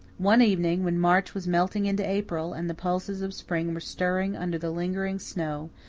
one evening, when march was melting into april, and the pulses of spring were stirring under the lingering snow,